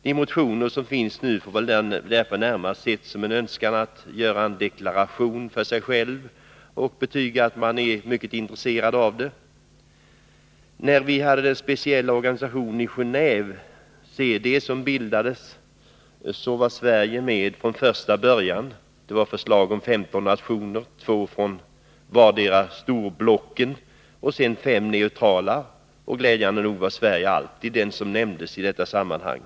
De motioner som behandlas nu får väl därför närmast ses som en önskan från motionärerna att göra en deklaration för sig själva och betyga att man är mycket intresserad av detta. När den speciella organisationen i Gen&ve, CD, bildades var Sverige med från första början. Det var förslag om 15 nationer, varav två från vartdera Nr 158 storblocket och fem neutrala. Glädjande nog var Sverige alltid ett land som Torsdagen den nämndes i detta sammanhang.